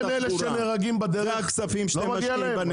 ומה עם אלה שנהרגים בדרך, לא מגיע להם?